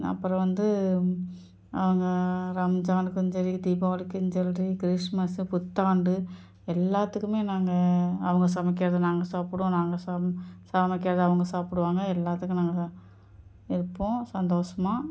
அப்புறம் வந்து அவங்க ரம்ஜானுக்கும் சரி தீபாவளிக்கும் செரி கிறிஸ்ட்மஸு புத்தாண்டு எல்லாத்துக்குமே நாங்கள் அவங்க சமைக்கிறது நாங்கள் சாப்பிடுவோம் நாங்கள் சம் சமைக்கிறதை அவங்க சாப்பிடுவாங்க எல்லாத்துக்கும் நாங்கள் தான் இருப்போம் சந்தோஷமா